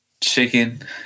Chicken